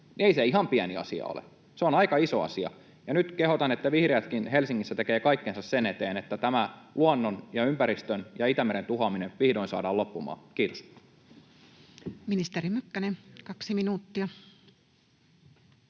ei se ihan pieni asia ole. Se on aika iso asia. Ja nyt kehotan, että vihreätkin Helsingissä tekevät kaikkensa sen eteen, että tämä luonnon ja ympäristön ja Itämeren tuhoaminen vihdoin saadaan loppumaan. — Kiitos.